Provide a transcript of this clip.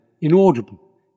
inaudible